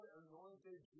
anointed